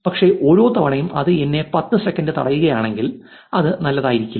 പക്ഷേ ഓരോ തവണയും അത് എന്നെ പത്ത് സെക്കൻഡ് തടയുകയാണെങ്കിൽ അത് നല്ലതായിരിക്കില്ല